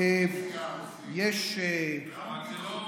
כמה בדיקות PCR עושים?